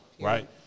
right